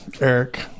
Eric